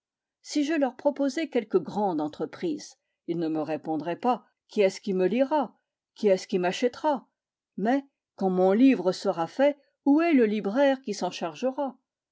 si je leur proposais quelque grande entreprise ils ne me répondraient pas qui est-ce qui me lira qui est-ce qui m'achètera mais quand mon livre sera fait où est le libraire qui s'en chargera